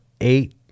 eight